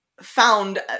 found